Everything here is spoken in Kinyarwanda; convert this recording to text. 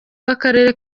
w’akarere